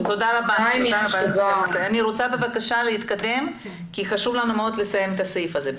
אני רוצה להתקדם כי חשוב לנו מאוד לסיים את הסעיף הזה.